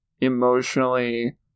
emotionally